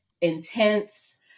intense